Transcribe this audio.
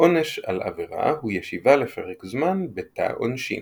העונש על עבירה הוא ישיבה לפרק זמן בתא עונשין.